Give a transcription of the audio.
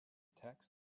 tax